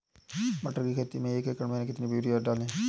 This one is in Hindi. मटर की खेती में एक एकड़ में कितनी यूरिया डालें?